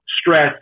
stress